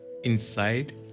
inside